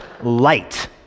light